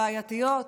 בעייתיות.